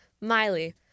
Miley